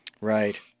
Right